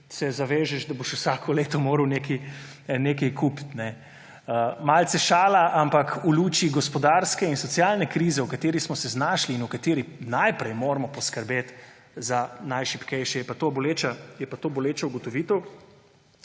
se zavežeš, da boš vsako leto moral nekaj kupiti. Malce v šali, ampak v luči gospodarske in socialne krize, v kateri smo se znašli in v kateri moramo najprej poskrbeti za najšibkejše, je pa to boleča ugotovitev.